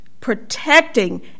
protecting